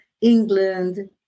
England